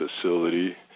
facility